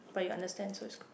but you understand so so